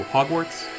Hogwarts